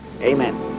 Amen